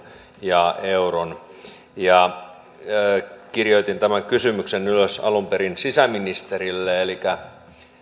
ja euron kirjoitin tämän kysymyksen ylös alun perin sisäministerille